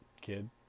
kid